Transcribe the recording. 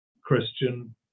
Christian